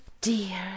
dear